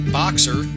boxer